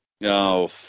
No